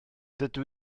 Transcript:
dydw